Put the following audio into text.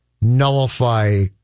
nullify